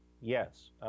Yes